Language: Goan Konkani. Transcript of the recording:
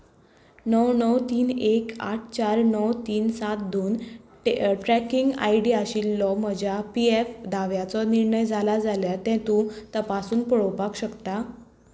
णव णव तीन एक आठ चार णव तीन सात दोन ट्रॅ ट्रॅकींग आय डी आशिल्लो म्हज्या पी एफ दाव्याचो निर्णय जाला जाल्यार तें तूं तपासून पळोवपाक शकता